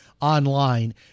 online